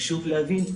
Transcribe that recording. חשוב להבין,